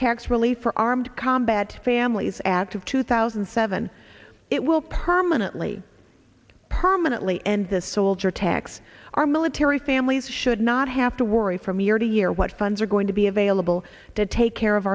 tax relief or armed combat families act of two thousand and seven it will permanently permanently end the soldier tax our military families should not have to worry from year to year what funds are going to be available to take care of